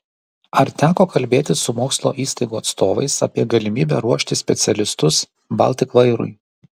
ar teko kalbėtis su mokslo įstaigų atstovais apie galimybę ruošti specialistus baltik vairui